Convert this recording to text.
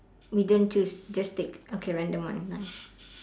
we don't choose just take okay random one nice